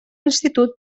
institut